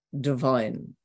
divine